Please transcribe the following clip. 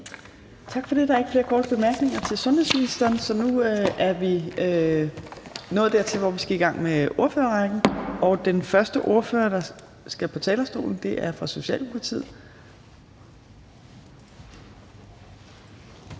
Tak for det. Der er ikke flere korte bemærkninger til sundhedsministeren. Nu er vi nået dertil, hvor vi skal i gang med ordførerrækken, og den første ordfører, der skal på talerstolen, er fra Socialdemokratiet.